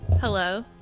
Hello